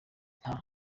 nta